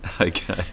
okay